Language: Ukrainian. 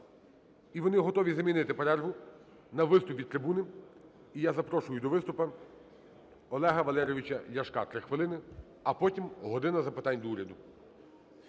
І вони готові замінити перерву на виступ від трибуни. І я запрошую до виступу Олега Валерійовича Ляшка, 3 хвилини. А потім – "година запитань до Уряду".